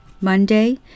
Monday